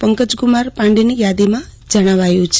પંકજકુમાર પાંડેની યાદીમાં જણાવાયું છે